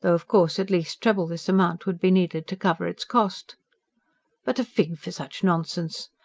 though, of course, at least treble this amount would be needed to cover its cost but a fig for such nonsense!